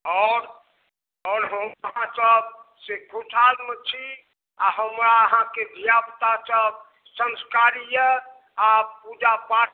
आओर आओर हम अहाँ सभसँ खुशहालमे छी आओर हमरा अहाँके धियापुता सभ संस्कारी यऽ आओर पूजा पाठ